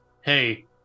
hey